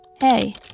Hey